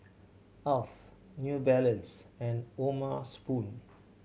Alf New Balance and O'ma Spoon